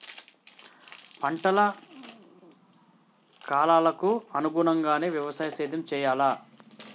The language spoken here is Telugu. పంటల కాలాలకు అనుగుణంగానే వ్యవసాయ సేద్యం చెయ్యాలా?